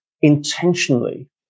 intentionally